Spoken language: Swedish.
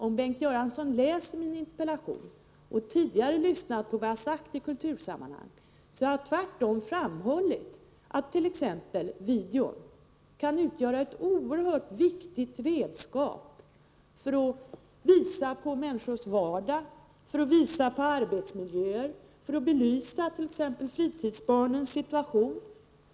Om Bengt Göransson läst min interpellation och lyssnat till vad jag tidigare har sagt i kultursammanhang, borde han veta att jag tvärtom framhållit t.ex. att videon kan utgöra ett oerhört viktigt redskap för att visa på människors vardag, för att visa på arbetsmiljöer, för att belysa t.ex. fritidshemsbarnens situation.